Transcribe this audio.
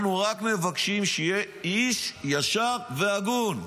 אנחנו רק מבקשים שיהיה איש ישר והגון.